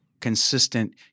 consistent